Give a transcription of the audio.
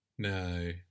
No